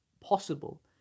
possible